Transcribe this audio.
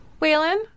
Waylon